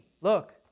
look